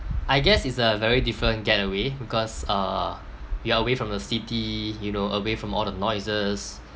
I guess it's a very different getaway because uh you are away from the city you know away from all the noises